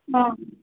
हां